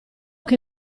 che